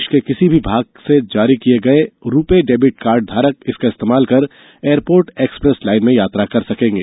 देश के किसी भी भाग से जारी किए गए रुपे डेबिट कार्ड धारक इसका इस्तेमाल कर एयरपोर्ट एक्सप्रेस लाइन में यात्रा कर सकेंगे